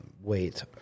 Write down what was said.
wait